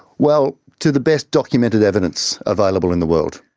well, to the best documented evidence available in the world.